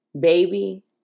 baby